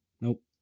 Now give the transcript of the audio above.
Nope